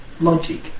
logic